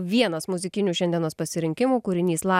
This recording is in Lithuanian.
vienas muzikinių šiandienos pasirinkimų